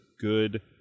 good